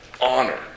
honor